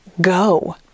go